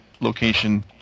location